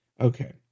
Okay